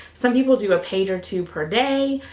some people do a page or two per day,